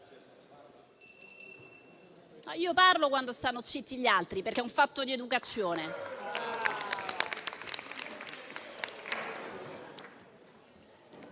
Io parlo quando stanno zitti gli altri, perché è un fatto di educazione.